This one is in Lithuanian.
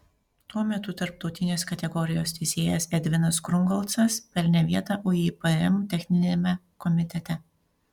tuo metu tarptautinės kategorijos teisėjas edvinas krungolcas pelnė vietą uipm techniniame komitete